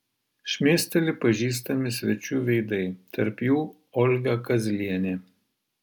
šmėsteli pažįstami svečių veidai tarp jų olga kazlienė